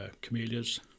camellias